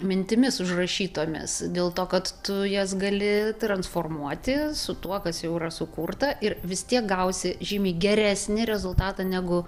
mintimis užrašytomis dėl to kad tu jas gali transformuoti su tuo kas jau yra sukurta ir vis tiek gausi žymiai geresnį rezultatą negu